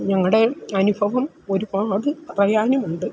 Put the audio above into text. ഞങ്ങളുടെ അനുഭവം ഒരുപാട് പറയാനുമുണ്ട്